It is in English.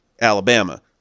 Alabama